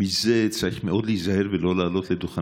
מזה צריך מאוד להיזהר ולא לעלות לדוכן